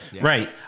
Right